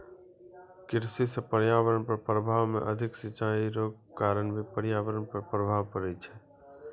कृषि से पर्यावरण पर प्रभाव मे अधिक सिचाई रो कारण भी पर्यावरण पर प्रभाव पड़ै छै